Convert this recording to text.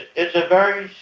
it's a very